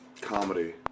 comedy